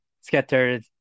scattered